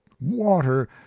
water